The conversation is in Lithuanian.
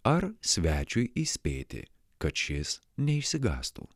ar svečiui įspėti kad šis neišsigąstų